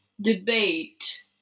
debate